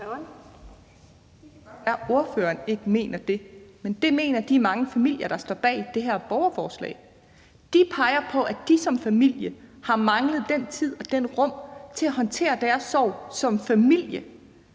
ordføreren ikke mener det, men det mener de mange familier, der står bag det her borgerforslag. De peger på, at de som familie har manglet den tid og det rum til at håndtere deres sorg som familie.